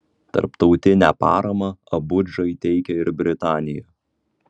tarptautinę paramą abudžai teikia ir britanija